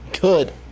Good